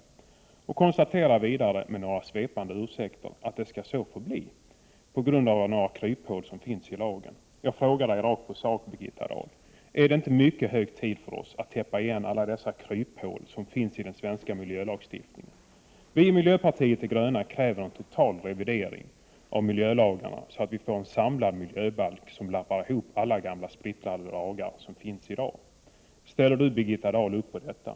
Miljöministern konstaterar vidare med några svepande ursäkter att det skall så förbli, på grund av några kryphål som finns i lagen. Jag frågar Birgitta Dahl rakt på sak: Är det nu inte mycket hög tid för oss att täppa igen alla de kryphål som finns i den svenska miljölagstiftningen? Vi i miljöpartiet de gröna kräver en total revidering av miljölagarna så att vi får en samlad miljöbalk som lappar ihop alla gamla splittrade lagar som finns i dag. Ställer Birgitta Dahl upp på detta?